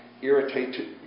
irritate